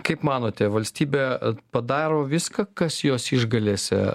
kaip manote valstybė padaro viską kas jos išgalėse